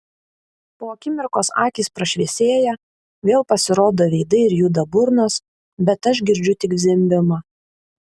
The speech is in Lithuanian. po akimirkos akys prašviesėja vėl pasirodo veidai ir juda burnos bet aš girdžiu tik zvimbimą